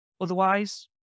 Otherwise